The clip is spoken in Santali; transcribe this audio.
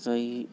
ᱥᱟᱹᱦᱤ